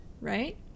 right